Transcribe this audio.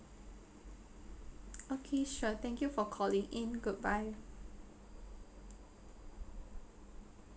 okay sure thank you for calling in goodbye